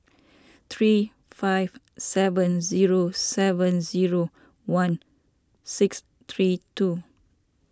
three five seven zero seven zero one six three two